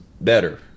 better